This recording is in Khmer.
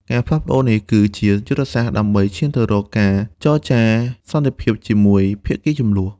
ការផ្លាស់ប្តូរនេះគឺជាយុទ្ធសាស្ត្រដើម្បីឈានទៅរកការចរចាសន្តិភាពជាមួយភាគីជម្លោះ។